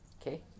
okay